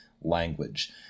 language